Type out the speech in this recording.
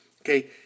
okay